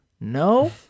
No